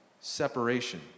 separation